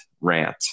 rant